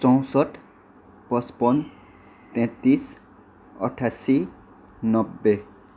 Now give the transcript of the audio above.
चौँसट्ठी पच्पन्न तेँत्तिस अठासी नब्बे